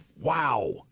Wow